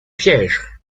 piège